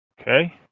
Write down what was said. okay